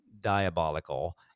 diabolical